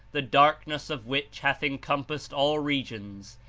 the darkness of which hath encompassed all regions.